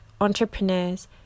entrepreneurs